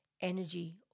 energy